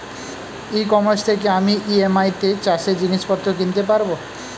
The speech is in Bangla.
ই কমার্স থেকে আমি ই.এম.আই তে চাষে জিনিসপত্র কিনতে পারব?